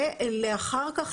ואחר כך,